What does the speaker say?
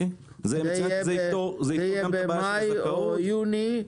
זה יהיה במאי או ביוני.